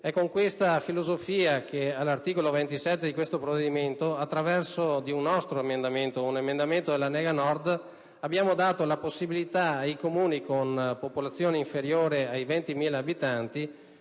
è con questa filosofia che all'articolo 27 di questo provvedimento - grazie ad un emendamento proposto dalla Lega Nord - abbiamo dato la possibilità ai Comuni con popolazione inferiore ai 20.000 abitanti